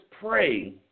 pray